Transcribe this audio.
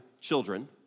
children